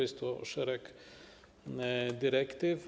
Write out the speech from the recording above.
Jest to szereg dyrektyw.